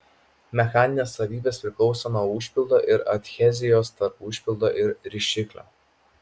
mechaninės savybės priklauso nuo užpildo ir adhezijos tarp užpildo ir rišiklio